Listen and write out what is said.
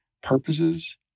purposes